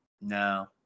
No